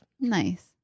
Nice